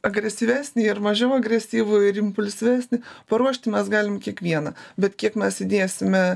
agresyvesnį ir mažiau agresyvų ir impulsyvesni paruošti mes galim kiekvieną bet kiek mes įdėsime